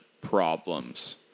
problems